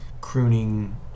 crooning